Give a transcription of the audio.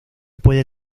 puede